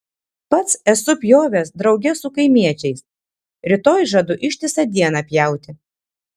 pats esu pjovęs drauge su kaimiečiais rytoj žadu ištisą dieną pjauti